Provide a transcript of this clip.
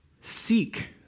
seek